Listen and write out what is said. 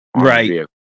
Right